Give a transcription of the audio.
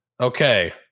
Okay